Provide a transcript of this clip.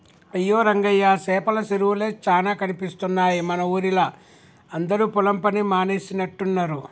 అయ్యో రంగయ్య సేపల సెరువులే చానా కనిపిస్తున్నాయి మన ఊరిలా అందరు పొలం పని మానేసినట్టున్నరు